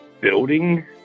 building